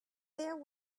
there